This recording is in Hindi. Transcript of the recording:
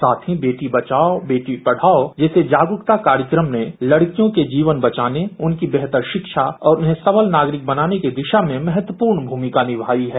साथ ही वेटी बचाओ बेटी पढाओ जैसे जागरूकता कार्यक्रम ने लड़कियों के जीवन बचाने उनकी बेहतर शिक्षा और उन्हें सबल नागरिक बनाने की दिशा में महत्वपूर्ण भूमिका निमाई है